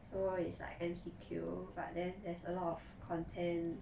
so it's like M_C_Q but then there's a lot of content